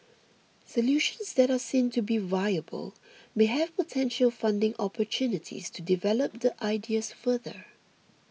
solutions that are seen to be viable may have potential funding opportunities to develop the ideas further